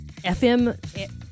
FM